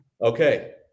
Okay